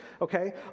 okay